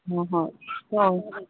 ꯍꯣꯏ ꯍꯣꯏ